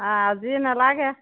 আজি নালাগে